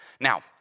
Now